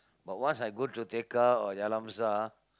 but once I go to tekka or Jalan-Besar ah